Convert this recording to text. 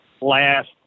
last